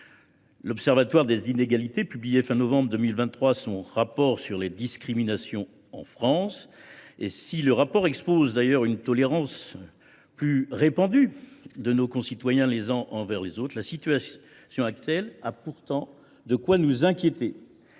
L’Observatoire des inégalités publiait, à la fin du mois de novembre 2023, son rapport sur les discriminations en France. S’il y est fait état d’une tolérance plus répandue de nos concitoyens les uns envers les autres, la situation actuelle a pourtant de quoi nous inquiéter.